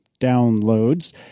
downloads